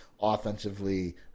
offensively